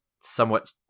somewhat